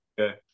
Okay